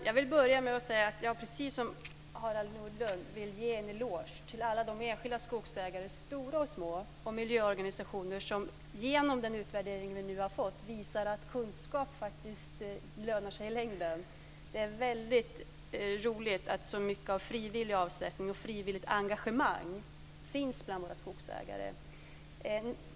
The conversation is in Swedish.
Fru talman! Precis som Harald Nordlund vill jag ge en eloge till alla de enskilda, stora och små, skogsägare och miljöorganisationer som i den utredning som har lagts fram har visat att kunskap lönar sig i längden. Det är väldigt roligt att så mycket av frivillig avsättning och frivilligt engagemang finns bland våra skogsägare.